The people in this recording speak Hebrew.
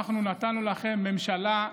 אנחנו נתנו לכם הממשלה,